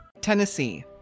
Tennessee